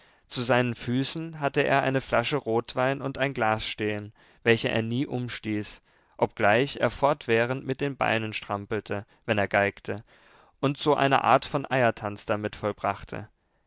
zu seinen füßen hatte er eine flasche rotwein und ein glas stehen welche er nie umstieß obgleich er fortwährend mit den beinen strampelte wenn er geigte und so eine art von eiertanz damit vollbrachte